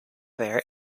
there